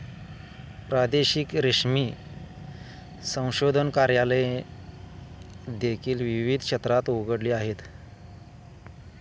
प्रादेशिक रेशीम संशोधन कार्यालये देखील विविध क्षेत्रात उघडली आहेत